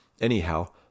Anyhow